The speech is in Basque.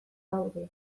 gaude